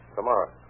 Tomorrow